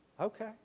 Okay